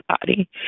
body